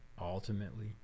ultimately